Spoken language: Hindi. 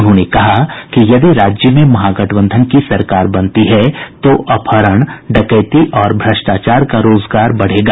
उन्होंने कहा कि यदि राज्य में महागठबंधन की सरकार बनती है तो अपहरण डकैती और भ्रष्टाचार का रोजगार बढ़ेगा